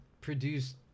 produce